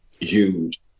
huge